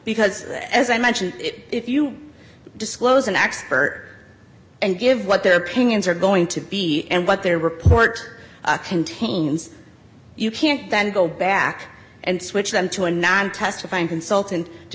because as i mentioned if you disclose an expert and give what their opinions are going to be and what their report contains you can't then go back and switch them to a non testifying consultant to